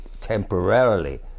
temporarily